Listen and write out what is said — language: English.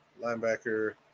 linebacker